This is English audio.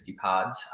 pods